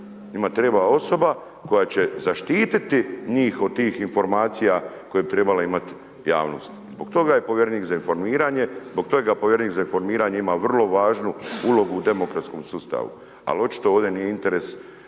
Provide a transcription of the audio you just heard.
Njima treba osoba koja će zaštiti njih od tih informacije koje bi trebale imati javnost. Zbog toga je povjerenik za informiranje, zbog toga povjerenik za informiranje ima vrlo važnu ulogu u demokratskom sustavu. Ali očito ovdje nije interes